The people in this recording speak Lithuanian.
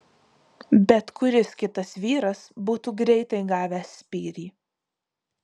bet kuris kitas vyras būtų greitai gavęs spyrį